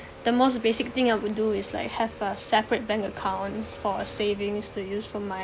the most basic thing I would do is like have a separate bank account for a savings to use for my